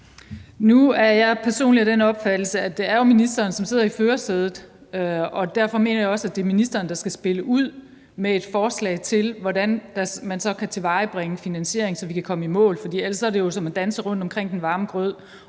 Nu er jeg personligt af den opfattelse, at det er ministeren, som sidder i førersædet, og derfor mener jeg også, at det er ministeren, der skal spille ud med et forslag til, hvordan man så kan tilvejebringe finansieringen, så vi kan komme i mål. Ellers er det jo som at danse rundt omkring den varme grød,